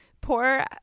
poor